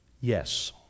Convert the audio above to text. yes